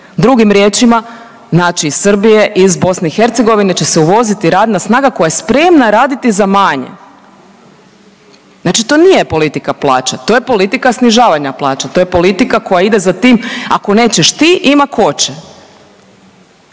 Drugim riječima, znači iz Srbije i iz BiH će se uvoziti radna snaga koja je spremna raditi za manje. Znači to nije politika plaća. To je politika snižavanja plaća. To je politika koja ide za tim, ako nećeš ti ima tko će.